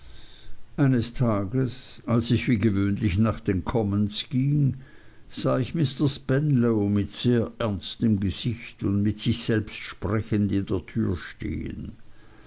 eines tages als ich wie gewöhnlich nach den commons ging sah ich mr spenlow mit sehr ernstem gesicht und mit sich selbst sprechend in der türe stehen